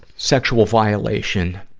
sexual violation